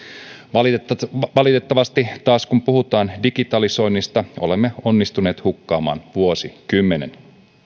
valitettavasti valitettavasti taas kun puhutaan digitalisoinnista olemme onnistuneet hukkaamaan vuosikymmenen